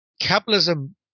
capitalism